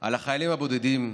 על החיילים הבודדים,